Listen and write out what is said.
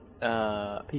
people